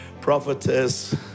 Prophetess